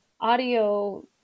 audio